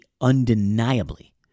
undeniably